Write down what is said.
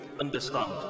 understand